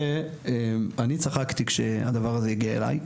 אני צחקתי כשהדבר הזה הגיע אלי.